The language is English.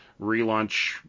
relaunch